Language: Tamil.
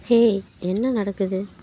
ஹேய் என்ன நடக்குது